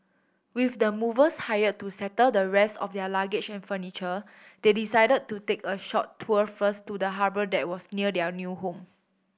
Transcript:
with the movers hired to settle the rest of their luggage and furniture they decided to take a short tour first of the harbour that was near their new home